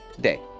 day